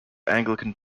anglican